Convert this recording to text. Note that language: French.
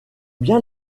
bien